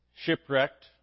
shipwrecked